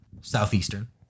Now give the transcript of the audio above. southeastern